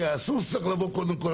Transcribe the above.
כי הסוס צריך לבוא קודם כל,